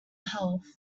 health